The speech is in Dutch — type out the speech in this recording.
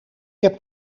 heb